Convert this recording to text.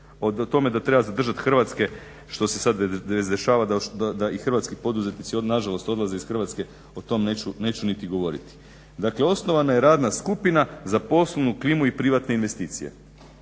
O tome da treba zadržat hrvatske, što se sad izdešava da i hrvatski poduzetnici nažalost odlaze iz Hrvatske, o tom neću niti govoriti. Dakle, osnovana je radna skupina za poslovnu klimu i privatne investicije.